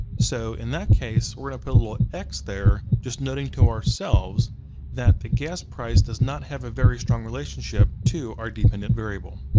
so in that case, we're gonna put a little x there, just noting to ourselves that the gas price does not have a very strong relationship to our dependent variable.